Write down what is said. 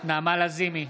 נעמה לזימי,